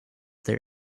their